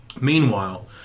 Meanwhile